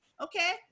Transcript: Okay